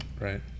Right